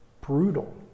brutal